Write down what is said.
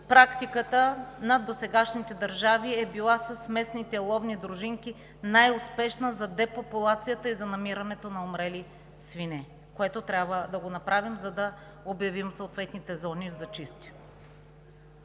Практиката на досегашните държави е била най-успешна с местните ловни дружинки за депопулацията и за намиране на умрели свине, което трябва да направим, за да обявим съответните зони за чисти.